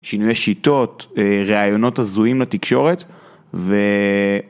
שינוי שיטות, ראיונות הזויים לתקשורת ו...